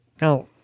Now